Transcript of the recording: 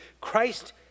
Christ